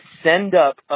send-up